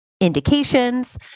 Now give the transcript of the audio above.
indications